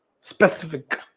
Specific